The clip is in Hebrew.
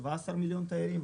17 מיליון תיירים.